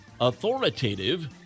authoritative